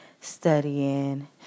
studying